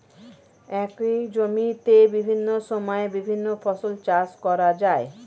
একই জমিতে বিভিন্ন সময়ে বিভিন্ন ফসল চাষ করা যায়